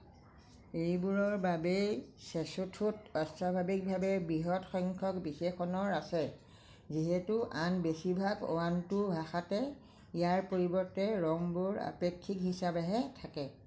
এইবোৰৰ বাবেই চেছোথোত অস্বাভাৱিকভাৱে বৃহৎ সংখ্যক বিশেষণৰ আছে যিহেতু আন বেছিভাগ বান্টু ভাষাতে ইয়াৰ পৰিৱৰ্তে ৰংবোৰ আপেক্ষিক হিচাপেহে থাকে